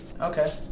Okay